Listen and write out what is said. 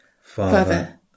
Father